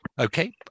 Okay